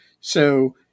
So-